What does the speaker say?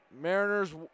Mariners